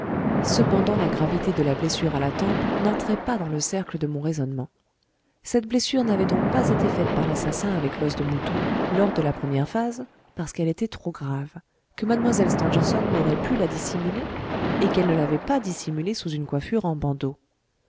cependant la gravité de la blessure à la tempe n'entrait pas dans le cercle de mon raisonnement cette blessure n'avait donc pas été faite par l'assassin avec l'os de mouton lors de la première phase parce qu'elle était trop grave que mlle stangerson n'aurait pu la dissimuler et qu'elle ne l'avait pas dissimulée sous une coiffure en bandeaux